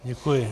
Děkuji.